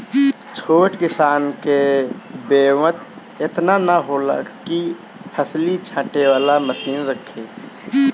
छोट किसान के बेंवत एतना ना होला कि उ फसिल छाँटे वाला मशीन रखे